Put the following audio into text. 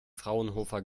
fraunhofer